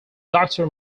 doctor